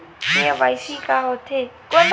KYC का होथे?